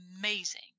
amazing